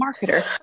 marketer